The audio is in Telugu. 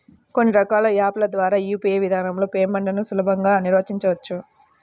కొన్ని రకాల యాప్ ల ద్వారా యూ.పీ.ఐ విధానంలో పేమెంట్లను సులభంగా నిర్వహించవచ్చు